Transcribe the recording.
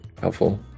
helpful